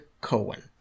Cohen